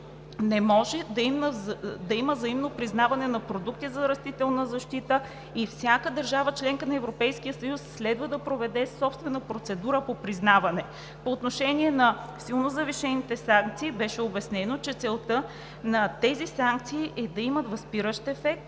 не може да има взаимно признаване на продукти за растителна защита, и всяка държава – членка на Европейския съюз, следва да проведе собствена процедура по признаване. По отношение на силно завишените санкции беше обяснено, че целта е тези санкции да имат възпиращ ефект,